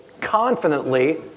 confidently